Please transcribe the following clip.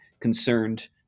concerned